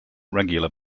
regular